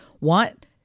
want